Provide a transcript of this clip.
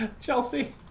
Chelsea